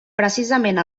precisament